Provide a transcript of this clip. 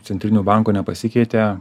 centrinių banko nepasikeitė